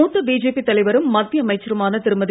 மூத்த பிஜேபி தலைவரும் மத்திய அமைச்சருமான திருமதி